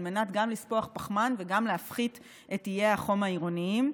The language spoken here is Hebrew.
על מנת גם לספוח פחמן וגם להפחית את איי החום העירוניים.